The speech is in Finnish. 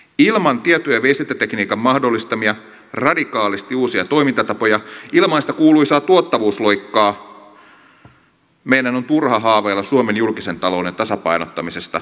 ilman tieto ja viestintätekniikan mahdollistamia radikaalisti uusia toimintatapoja ilman sitä kuuluisaa tuottavuusloikkaa meidän on turha haaveilla suomen julkisen talouden tasapainottamisesta